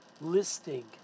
listing